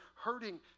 hurting